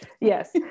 Yes